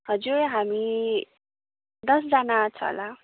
हजुर हामी दसजना छ होला